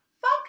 fuck